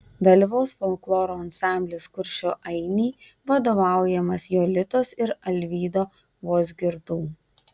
dalyvaus folkloro ansamblis kuršių ainiai vadovaujamas jolitos ir alvydo vozgirdų